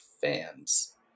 fans